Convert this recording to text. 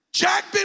Jack